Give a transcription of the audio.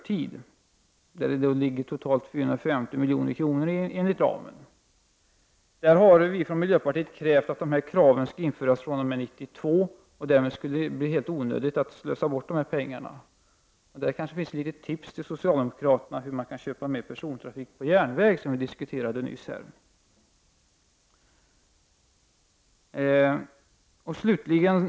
Till detta föreligger enligt ramen 450 milj.kr. Miljöpartiet kräver att denna utrustning skall sättas in fr.o.m. 1992. Därmed blir det helt onödigt att slösa bort dessa pengar. Där kan vi ge ett tips till socialdemokraterna hur man kan köpa mer persontrafik till järnvägarna, som vi diskuterade nyss.